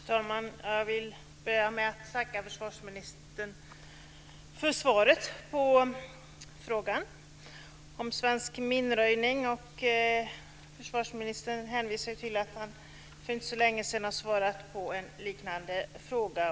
Fru talman! Jag vill börja med att tacka försvarsministern för svaret på frågan om svensk minröjning. Försvarsministern hänvisar till att han för inte så länge sedan har svarat på en liknande fråga.